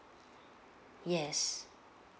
yes